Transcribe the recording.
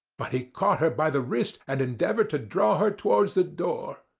but he caught her by the wrist and endeavoured to draw her towards the door.